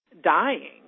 dying